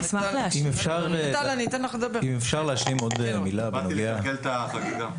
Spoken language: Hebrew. באתי לקלקל את החגיגה.